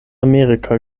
amerika